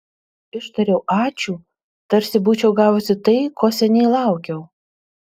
ištariau ačiū tarsi būčiau gavusi tai ko seniai laukiau